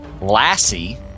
Lassie